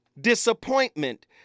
Disappointment